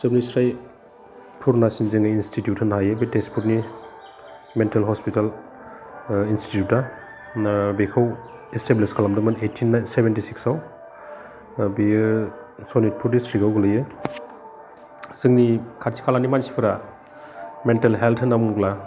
जोबनिस्राइ फोरलासिं जोंनि इनस्टिटिउट होननो हायो बे तेजपुरनि मेन्टेल हस्पिटाल इनस्टिटिउटआ बेखौ इस्टाब्लिस्ट खालामदोंमोन ओइटिन सेभेन्टि सिक्सआव बियो सनितपुर ड्रिस्टिक्टआ गोलैयो जोंनि खाथि खालानि मानसिफ्रा मेन्टेल हेल्ड होनना बुंब्ला